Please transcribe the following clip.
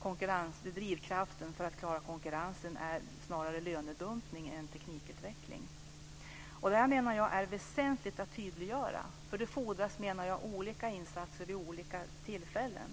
och där drivkraften för att klara konkurrensen snarare är lönedumpning än teknikutveckling. Jag menar att det är väsentligt att tydliggöra det. Det fordras olika insatser vid olika tillfällen.